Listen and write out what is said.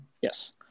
Yes